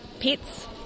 pets